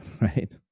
right